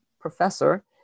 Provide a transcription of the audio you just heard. Professor